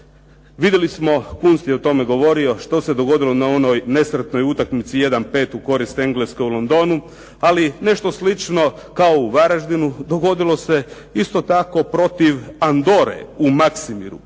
Vidjeli smo, Kunst je o tome govorio, što se dogodilo na onoj nesretnoj utakmici 1:5 u korist Engleske u Londonu, ali nešto slično kao u Varaždinu dogodilo se isto tako protiv Andore u Maksimiru.